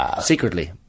secretly